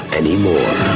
anymore